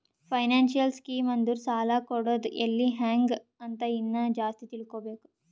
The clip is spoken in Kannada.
ಫೈನಾನ್ಸಿಯಲ್ ಸ್ಕೀಮ್ ಅಂದುರ್ ಸಾಲ ಕೊಡದ್ ಎಲ್ಲಿ ಹ್ಯಾಂಗ್ ಅಂತ ಇನ್ನಾ ಜಾಸ್ತಿ ತಿಳ್ಕೋಬೇಕು